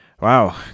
Wow